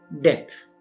Death